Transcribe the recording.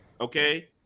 Okay